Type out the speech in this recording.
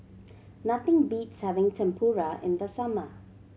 nothing beats having Tempura in the summer